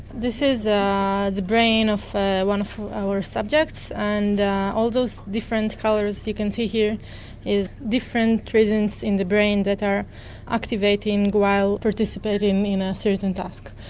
this is the brain of one of our subjects, and all those different colours you can see here is different regions in the brain that are activating while participating in a certain task.